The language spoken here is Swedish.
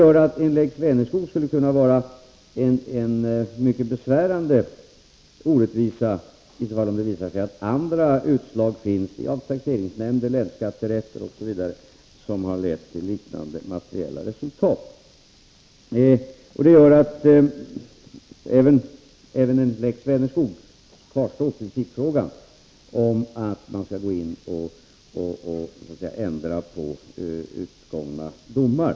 En lex Vänerskog skulle kunna vara en mycket besvärande orättvisa, om det visar sig att andra utslag finns — av taxeringsnämnder, länsskatterätter, osv. — som lett till liknande materiella resultat. Det gör att även med en lex Vänerskog kvarstår principfrågan — om man skall gå in och så att säga ändra på utmätta domar.